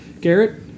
Garrett